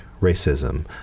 racism